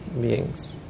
beings